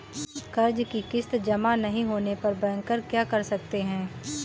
कर्ज कि किश्त जमा नहीं होने पर बैंकर क्या कर सकते हैं?